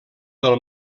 del